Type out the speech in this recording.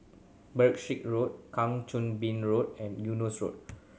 Berkshire Road Kang Choo Bin Road and Eunos Road